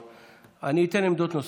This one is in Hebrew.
אני אתן עמדות נוספות.